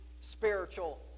spiritual